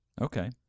okay